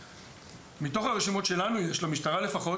מתוך הרשימות שלנו, של המשטרה לפחות,